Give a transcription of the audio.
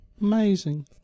Amazing